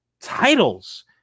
titles